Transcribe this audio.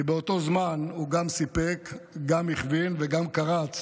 כי באותו זמן הוא גם סיפק, גם הכווין וגם קרץ